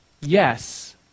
yes